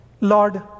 Lord